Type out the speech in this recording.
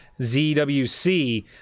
ZWC